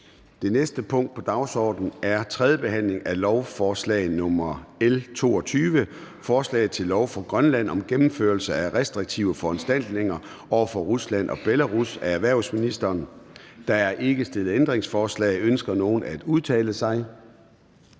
Det næste punkt på dagsordenen er: 2) 3. behandling af lovforslag nr. L 22: Forslag til lov for Grønland om gennemførelse af restriktive foranstaltninger over for Rusland og Belarus. Af erhvervsministeren (Morten Bødskov). (Fremsættelse